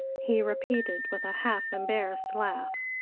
he repeated, with a half-embarrassed laugh.